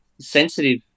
sensitive